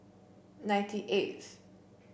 ninety eighth